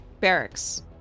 barracks